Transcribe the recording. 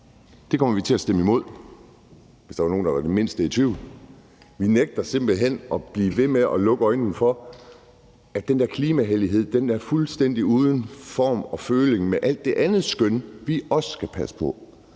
Det kommer vi til at stemme imod, hvis der var nogen, der var det mindste i tvivl. Vi nægter simpelt hen at blive ved med at lukke øjnene for, at den der klimahellighed er fuldstændig uden føling med alt det andet skønne, vi også skal passe på.